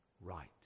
right